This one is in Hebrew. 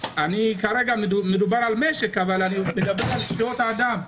כרגע מדובר על משק אבל אני מדבר על זכויות האדם.